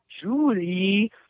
Julie